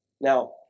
Now